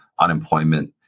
Unemployment